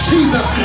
Jesus